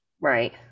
Right